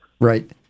Right